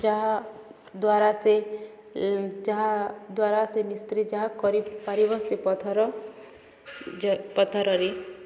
ଯାହା ଦ୍ୱାରା ସେ ଯାହା ଦ୍ୱାରା ସେ ମିସ୍ତ୍ରୀ ଯାହା କରିପାରିବ ସେ ପଥର ଯ ପଥରରେ